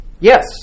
Yes